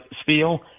spiel